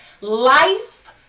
life